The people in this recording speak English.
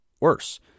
worse